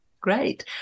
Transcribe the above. great